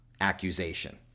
accusation